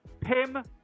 Pim